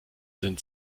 sind